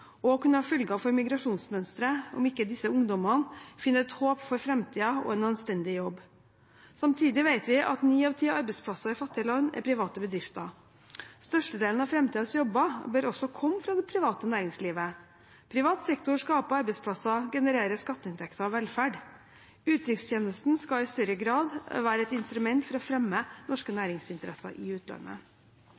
og kunne ha følger for migrasjonsmønsteret om ikke disse ungdommene finner håp for framtiden og en anstendig jobb. Samtidig vet vi at ni av ti arbeidsplasser i fattige land er private bedrifter. Størstedelen av framtidens jobber bør også komme fra det private næringslivet. Privat sektor skaper arbeidsplasser og genererer skatteinntekter og velferd. Utenrikstjenesten skal i større grad være et instrument for å fremme norske